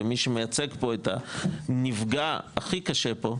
ומי שמייצג פה את הנפגע הכי קשה פה,